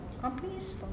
companies